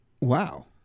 Wow